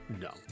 no